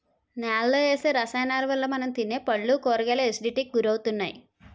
నేలలో వేసే రసాయనాలవల్ల మనం తినే పళ్ళు, కూరగాయలు ఎసిడిటీకి గురవుతున్నాయి